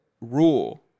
rule